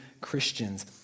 Christians